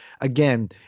again